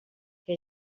que